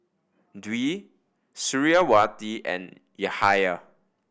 Dwi Suriawati and Yahaya